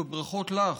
וברכות לך,